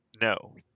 no